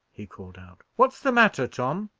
he called out what's the matter, tom?